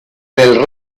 del